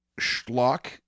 schlock